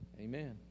Amen